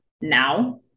now